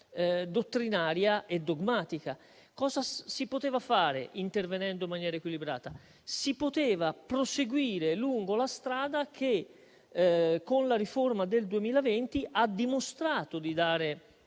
dottrinaria e dogmatica. Cosa si poteva fare, intervenendo in maniera equilibrata? Si poteva proseguire lungo la strada che, con la riforma del 2020, ha dimostrato di dare